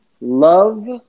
love